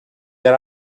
that